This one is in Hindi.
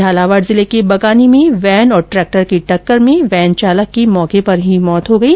झालावाड जिले के बकानी में वेन और ट्रेक्टर की टक्कर में वेन चालक की मौके पर ही मौत हो गई